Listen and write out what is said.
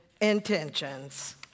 intentions